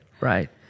Right